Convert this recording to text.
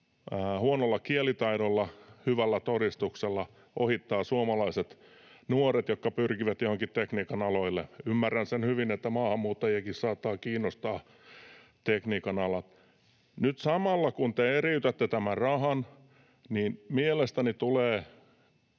huonolla kielitaidolla, hyvällä todistuksella, ohittaa suomalaiset nuoret, jotka pyrkivät johonkin tekniikan aloille. Ymmärrän sen hyvin, että maahanmuuttajiakin saattaa kiinnostaa tekniikan ala. Nyt samalla, kun te eriytätte tämän rahan, mielestäni tulee